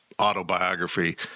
Autobiography